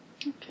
okay